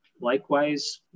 likewise